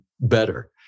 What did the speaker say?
better